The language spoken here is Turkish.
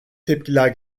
tepkiler